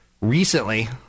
recently